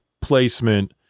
placement